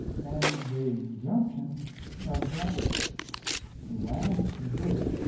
and the junction of that last bit